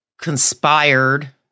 conspired